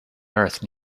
earth